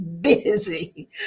busy